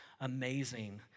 Amazing